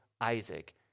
Isaac